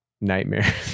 nightmare